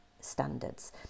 standards